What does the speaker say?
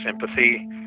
sympathy